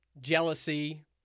jealousy